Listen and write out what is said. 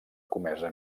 comesa